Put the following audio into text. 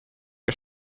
der